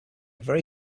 very